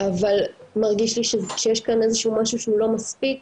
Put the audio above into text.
אבל מרגיש לי שיש כאן איזשהו משהו שהוא לא מספיק,